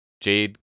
Jade